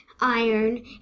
iron